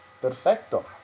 Perfecto